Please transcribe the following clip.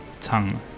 tongue